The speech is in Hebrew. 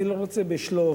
אני לא רוצה ב"שלוף",